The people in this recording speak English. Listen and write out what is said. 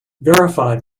verify